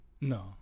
No